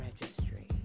registry